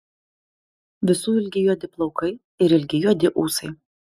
visų ilgi juodi plaukai ir ilgi juodi ūsai